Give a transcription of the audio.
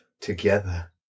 Together